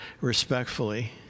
Respectfully